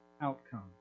outcome